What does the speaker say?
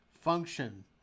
function